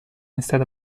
instead